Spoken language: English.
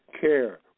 care